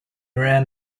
ran